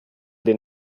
den